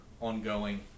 ongoing